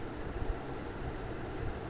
NSK పురుగు మందు ను ఎలా తయారు చేస్తారు?